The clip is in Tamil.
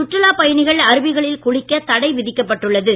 சுற்றுலாப் பயணிகள் அருவிகளில் குளிக்கத் தடை விதிக்கப்பட்டு உள்ளது